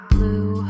Blue